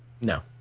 No